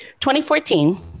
2014